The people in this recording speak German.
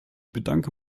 bedanke